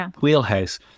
wheelhouse